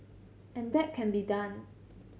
and that can be done